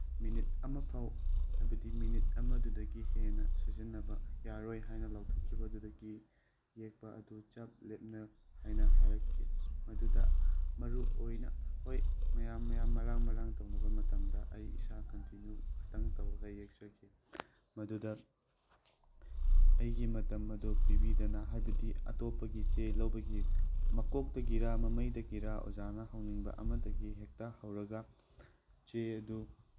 minute ꯑꯃꯐꯥꯎ ꯍꯥꯏꯕꯗꯤ minute ꯑꯃꯗꯨꯗꯒꯤ ꯍꯦꯟꯅ ꯁꯤꯖꯤꯟꯅꯕ ꯌꯥꯔꯣꯏ ꯍꯥꯏꯅ ꯂꯥꯎꯊꯣꯛꯈꯤꯕꯗꯨꯗꯒꯤ ꯌꯦꯛꯄ ꯑꯗꯨ ꯆꯞ ꯂꯦꯞꯅꯕ ꯍꯥꯏꯅ ꯍꯥꯏꯔꯛꯈꯤ ꯃꯗꯨꯗ ꯃꯔꯨꯑꯣꯏꯅ ꯍꯣꯏ ꯃꯌꯥꯝ ꯃꯌꯥꯝ ꯃꯔꯥꯡ ꯃꯔꯥꯡ ꯇꯧꯅꯕ ꯃꯇꯝꯗ ꯑꯩ ꯏꯁꯥ ꯀꯟꯇꯤꯅ꯭ꯌꯨ ꯈꯤꯇꯪ ꯇꯧꯔꯒ ꯌꯦꯛꯆꯈꯤ ꯃꯗꯨꯗ ꯑꯩꯒꯤ ꯃꯇꯝ ꯑꯗꯨ ꯄꯤꯕꯤꯗꯅ ꯍꯥꯏꯕꯗꯤ ꯑꯇꯣꯞꯄꯒꯤ ꯆꯦ ꯂꯧꯕꯒꯤ ꯃꯀꯣꯛꯇꯒꯤꯔꯥ ꯃꯃꯩꯗꯒꯤꯔꯥ ꯑꯣꯖꯥꯅ ꯍꯧꯅꯤꯡꯕ ꯑꯃꯗꯒꯤ ꯍꯦꯛꯇ ꯍꯧꯔꯒ ꯆꯦ ꯑꯗꯨ